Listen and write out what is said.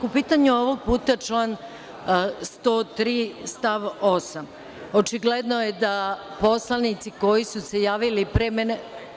U pitanju je ovog puta član 103. stav 8. Očigledno je da poslanici koji su se javili pre mene